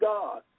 God